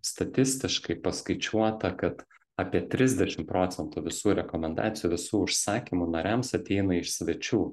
statistiškai paskaičiuota kad apie trisdešim procentų visų rekomendacijų visų užsakymų nariams ateina iš svečių